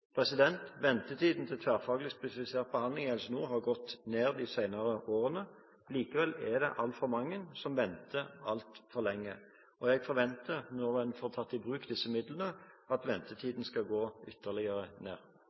Ventetiden til tverrfaglig spesialisert behandling i Helse Nord har gått ned de senere årene. Likevel er det altfor mange som venter altfor lenge. Jeg forventer – når en får tatt i bruk disse midlene – at ventetiden skal gå ytterligere ned.